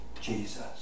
Jesus